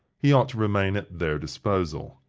he ought to remain at their disposal.